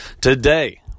Today